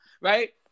right